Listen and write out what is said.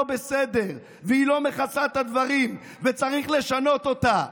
בסדר והיא לא מכסה את הדברים וצריך לשנות אותה.